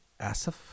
Asif